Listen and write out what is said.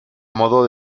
modo